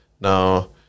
Now